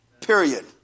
Period